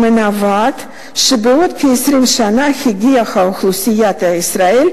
המנבאת שבעוד כ-20 שנה תגיע אוכלוסיית ישראל,